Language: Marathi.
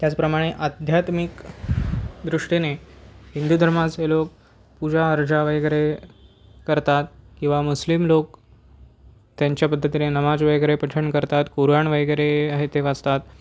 त्याचप्रमाणे आध्यात्मिक दृष्टीने हिंदू धर्माचे लोक पूजा अर्चा वगैरे करतात किंवा मुस्लिम लोक त्यांच्या पद्धतीने नमाज वगैरे पठण करतात कुराण वगैरे आहे ते वाचतात